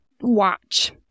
watch